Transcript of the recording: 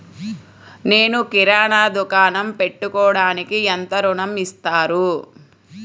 నేను కిరాణా దుకాణం పెట్టుకోడానికి ఎంత ఋణం ఇస్తారు?